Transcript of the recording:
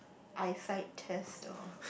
eyesight test or